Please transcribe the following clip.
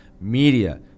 media